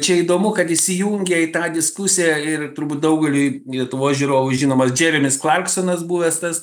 čia įdomu kad įsijungė į tą diskusiją ir turbūt daugeliui lietuvos žiūrovų žinomas džeremis klarksonas buvęs tas